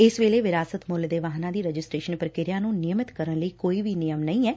ਇਸ ਵੇਲੇ ਵਿਰਾਸਤ ਮੁੱਲ ਦੇ ਵਾਹਨਾਂ ਦੀ ਰਜਿਸਟਰੇਸ਼ਨ ਪ੍ਰਕਿਰਿਆ ਨੂੰ ਨਿਯਮਿਤ ਕਰਨ ਲਈ ਕੋਈ ਨਿਯਮ ਨਹੀਂ ਐ